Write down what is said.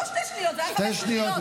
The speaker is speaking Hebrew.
לא שתי שניות, זה היה חמש שניות.